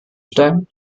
stellen